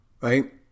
Right